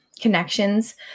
connections